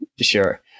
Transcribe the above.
Sure